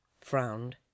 frowned